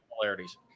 similarities